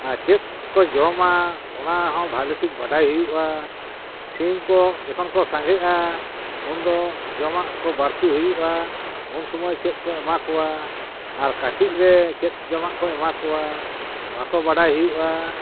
ᱟᱨ ᱪᱮᱫ ᱠᱚ ᱡᱚᱢᱟ ᱚᱱᱟ ᱦᱚᱸ ᱵᱷᱟᱞᱤᱴᱷᱤᱠ ᱵᱟᱰᱟᱭ ᱦᱩᱭᱩᱜᱼᱟ ᱥᱤᱢ ᱠᱚ ᱡᱚᱠᱷᱚᱱ ᱠᱚ ᱥᱟᱸᱜᱮᱜᱼᱟ ᱩᱱ ᱫᱚ ᱡᱚᱢᱟᱜ ᱠᱚ ᱵᱟᱹᱲᱛᱤ ᱦᱩᱭᱩᱜᱼᱟ ᱩᱱᱥᱩᱢᱟᱹᱭ ᱪᱮᱫ ᱠᱚ ᱮᱢᱟ ᱠᱚᱣᱟ ᱟᱨ ᱠᱟᱹᱴᱤᱡ ᱨᱮ ᱪᱮᱫ ᱡᱚᱢᱟᱜ ᱠᱚᱢ ᱮᱢᱟ ᱠᱚᱣᱟ ᱱᱚᱣᱟ ᱠᱚ ᱵᱟᱰᱟᱭ ᱦᱩᱭᱩᱜᱼᱟ